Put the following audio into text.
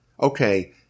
okay